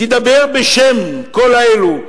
תדבר בשם כל אלה,